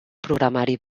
programari